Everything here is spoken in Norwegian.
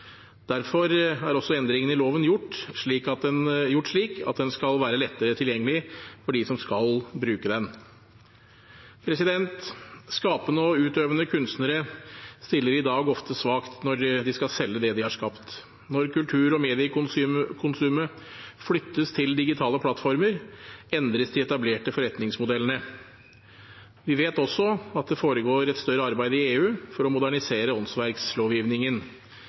Derfor er også endringene i loven gjort slik at loven skal være lettere tilgjengelig for dem som skal bruke den. Skapende og utøvende kunstnere stiller i dag ofte svakt når de skal selge det de har skapt. Når kultur- og mediekonsumet flyttes til digitale plattformer, endres de etablerte forretningsmodellene. Vi vet også at det foregår et større arbeid i EU for å modernisere